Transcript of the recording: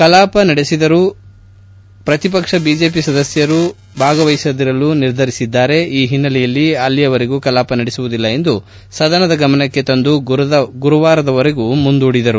ಕಲಾಪ ನಡೆದರೂ ಬಿಜೆಪಿ ಸದಸ್ಟರು ಭಾಗವಹಿಸದಿರಲು ನಿರ್ಧರಿಸಿದ್ದಾರೆ ಈ ಹಿನ್ನಲೆಯಲ್ಲಿ ಅಲ್ಲಿಯವರೆಗೂ ಕಲಾಪ ನಡೆಸುವುದಿಲ್ಲ ಎಂದು ಸದನದ ಗಮನಕ್ಕೆ ತಂದು ಗುರುವಾರದವರೆಗೂ ಮುಂದೂಡಿದರು